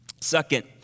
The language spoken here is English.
second